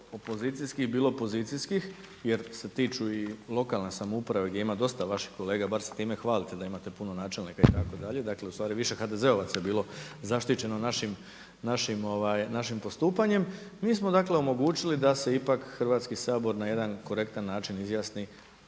opozicijskih, bilo pozicijskih jer se tiču i lokalne samouprave gdje ima dosta vaših kolega bar se time hvalite da imate puno načelnika itd. Dakle, ustvari više HDZ-ovaca je bilo zaštićeno našim postupanjem. Mi smo dakle omogućili da se ipak Hrvatski sabor na jedan korektan način izjasni